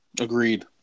Agreed